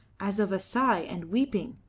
as of a sigh and weeping.